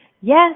Yes